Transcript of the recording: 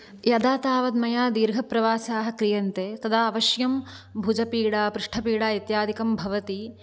यदा तावत् मया दीर्घप्रवासाः क्रीयन्ते तदा अवश्यं भुजपीडा पृष्टपीडा इत्यादिकं भवति